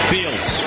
Fields